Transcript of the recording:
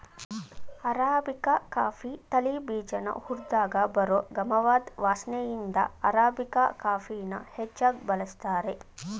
arabica coffee ತಳಿ ಬೀಜನ ಹುರ್ದಾಗ ಬರೋ ಗಮವಾದ್ ವಾಸ್ನೆಇಂದ ಅರಾಬಿಕಾ ಕಾಫಿನ ಹೆಚ್ಚಾಗ್ ಬಳಸ್ತಾರೆ